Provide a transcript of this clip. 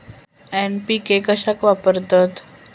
NPK कशाक वापरतत?